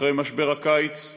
אחרי משבר הקיץ,